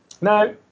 Now